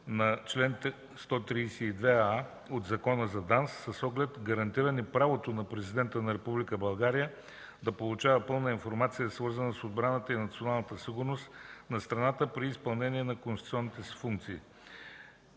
на чл. 132а от Закона за ДАНС, с оглед гарантиране правото на Президента на Република България да получава пълна информация, свързана с отбраната и националната сигурност на страната при изпълнение на конституционните си функции.